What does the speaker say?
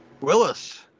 Willis